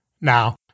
Now